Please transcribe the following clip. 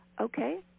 okay